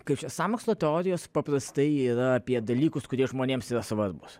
kaip sąmokslo teorijos paprastai yra apie dalykus kurie žmonėms yra svarbūs